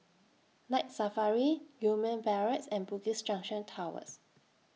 Night Safari Gillman Barracks and Bugis Junction Towers